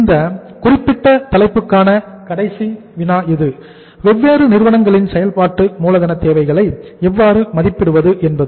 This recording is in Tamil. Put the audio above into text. இந்த குறிப்பிட்ட தலைப்புக்கான கடைசி வினா இது வெவ்வேறு நிறுவனங்களின் செயல்பாட்டு மூலதன தேவைகளை எவ்வாறு மதிப்பிடுவது என்பது